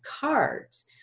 cards